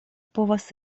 povas